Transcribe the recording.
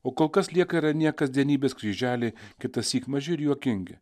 o kol kas lieka ir anie kasdienybės kryželį kitąsyk maži ir juokingi